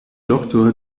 doktor